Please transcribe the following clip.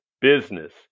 business